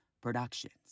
Productions